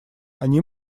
они